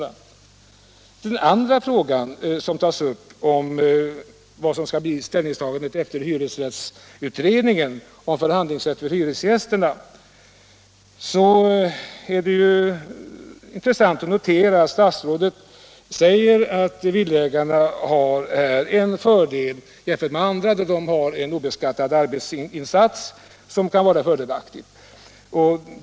Beträffande den andra frågan som togs upp i svaret — ställningstagandet efter hyresrättsutredningens förslag om förhandlingsrätt för hyresgästerna — är det intressant att notera att statsrådet säger att villaägarna har en fördel jämfört med andra, nämligen en obeskattad arbetsinsats.